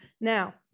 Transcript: now